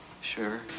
Sure